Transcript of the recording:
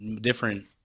different